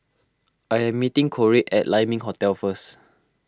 I am meeting Korey at Lai Ming Hotel first